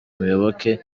muyoboke